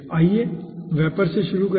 आइए वेपर से शुरू करें